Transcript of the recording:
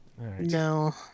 no